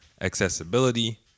accessibility